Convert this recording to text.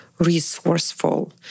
resourceful